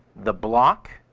the block,